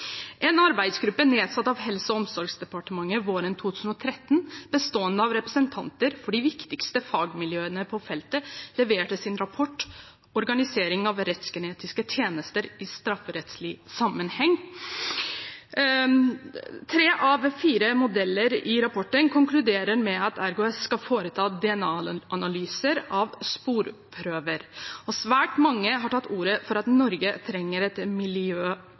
En arbeidsgruppe nedsatt av Helse- og omsorgsdepartementet våren 2013, bestående av representanter for de viktigste fagmiljøene på feltet, leverte sin rapport, «Organisering av rettsgenetiske tjenester i strafferettslig sammenheng». Tre av fire modeller i rapporten konkluderer med at RGS skal foreta DNA-analyser av sporprøver. Svært mange har tatt til orde for at Norge trenger et miljø